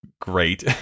great